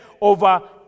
over